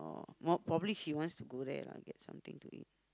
orh more probably he wants to go there lah and get something to eat